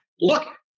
Look